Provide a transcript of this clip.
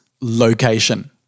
location